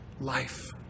life